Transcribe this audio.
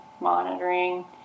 monitoring